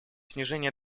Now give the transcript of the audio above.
снижение